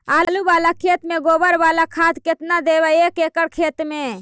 आलु बाला खेत मे गोबर बाला खाद केतना देबै एक एकड़ खेत में?